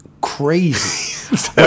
crazy